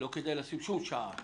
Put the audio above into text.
לא כדאי לשים שום שעה